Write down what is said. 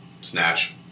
Snatch